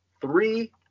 three